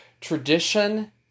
tradition